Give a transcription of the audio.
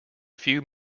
few